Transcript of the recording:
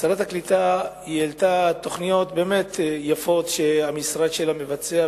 שרת הקליטה העלתה תוכניות באמת יפות שהמשרד שלה מבצע,